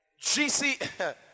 GC